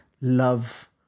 love